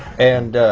and,